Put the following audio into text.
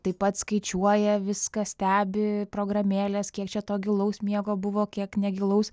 taip pat skaičiuoja viską stebi programėlės kiek čia to gilaus miego buvo kiek negilaus